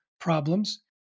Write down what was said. problems